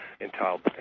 entitled